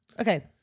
Okay